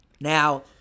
Now